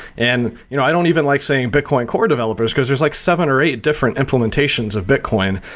and you know i don't even like saying bitcoin core developers because there's like seven or eight different implementations of bitcoin,